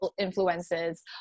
influences